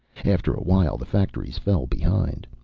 after awhile the factories fell behind.